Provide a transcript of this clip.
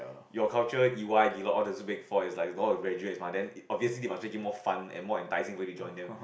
your culture E_Y Deloitte all there's big four is like all the graduates mah then obviously they must make it more fun and more fun when they join them